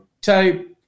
type